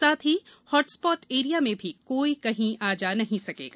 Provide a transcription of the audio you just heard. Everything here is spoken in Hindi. साथ ही हाटस्पॉट एरिया में भी कोई कहीं आ जा नहीं सकेगा